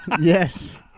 Yes